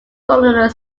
colonial